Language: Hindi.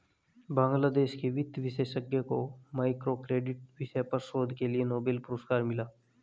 बांग्लादेश के वित्त विशेषज्ञ को माइक्रो क्रेडिट विषय पर शोध के लिए नोबेल पुरस्कार मिला